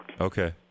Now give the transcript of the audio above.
Okay